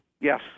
Yes